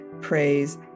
praise